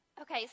Okay